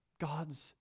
God's